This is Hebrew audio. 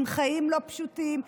עם חיים לא פשוטים,